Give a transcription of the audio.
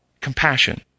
compassion